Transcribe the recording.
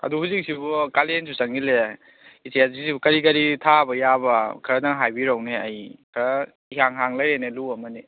ꯑꯗꯨ ꯍꯧꯖꯤꯛꯁꯤꯕꯨ ꯀꯥꯂꯦꯟꯁꯨ ꯆꯪꯁꯤꯜꯂꯛꯑꯦ ꯏꯆꯦ ꯍꯧꯖꯤꯛꯁꯤꯕꯨ ꯀꯔꯤ ꯀꯔꯤ ꯊꯥꯕ ꯌꯥꯕ ꯈꯔꯗꯪ ꯍꯥꯏꯕꯤꯔꯛꯎꯅꯦ ꯑꯩ ꯈꯔ ꯏꯍꯥꯡ ꯍꯥꯡ ꯂꯩꯔꯦꯅꯦ ꯂꯨ ꯑꯃꯅꯤ